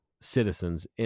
citizens